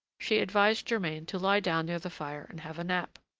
she advised germain to lie down near the fire and have a nap.